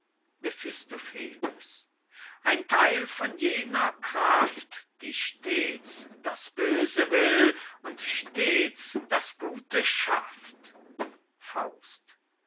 ein theil von jener kraft die stets das böse will und stets das gute schafft was